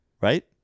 Right